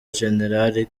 jenerali